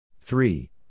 three